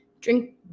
drink